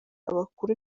abakuru